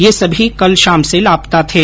ये समी कल शाम से लापता थे